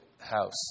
house